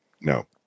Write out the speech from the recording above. No